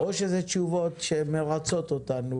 או שזה תשובות שמרצות אותנו